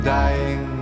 dying